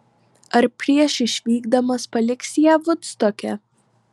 ar prieš išvykdamas paliksi ją vudstoke